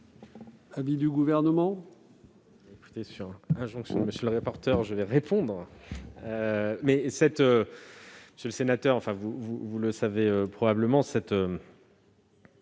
l'avis du Gouvernement ?